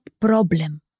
problem